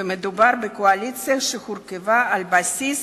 ומדובר בקואליציה שהורכבה על בסיס